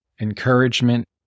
encouragement